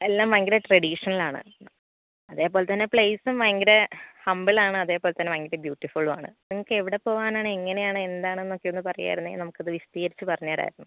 എല്ലാം ഭയങ്കര ട്രഡീഷണൽ ആണ് അതേപോല തന്നെ പ്ലേസും ഭയങ്കര ഹമ്പിൾ ആണ് അതേപോല തന്നെ ഭയങ്കര ബ്യൂട്ടിഫുള്ളും ആണ് നിങ്ങൾക്കെവിടെ പോകാനാണ് എങ്ങനെയാണ് എന്താണെന്നൊക്കെ ഒന്ന് പറയുകയായിരുന്നെങ്കിൽ നമുക്കത് വിശദീകരിച്ച് പറഞ്ഞുതരാമായിരുന്നു